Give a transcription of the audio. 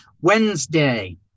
Wednesday